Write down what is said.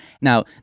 Now